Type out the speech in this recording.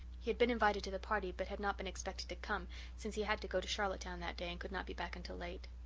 he had been invited to the party but had not been expected to come since he had to go to charlottetown that day and could not be back until late.